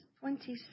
twenty